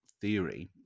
theory